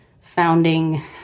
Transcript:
founding